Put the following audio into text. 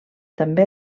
també